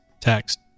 text